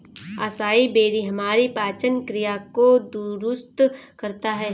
acai berry हमारी पाचन क्रिया को दुरुस्त करता है